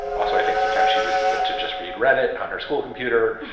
also, i think sometimes she uses it to just read read it on her school computer.